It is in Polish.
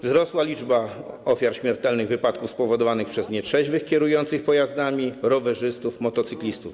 Wzrosła liczba ofiar śmiertelnych wypadków spowodowanych przez nietrzeźwych kierujących pojazdami, rowerzystów, motocyklistów.